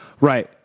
Right